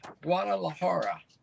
Guadalajara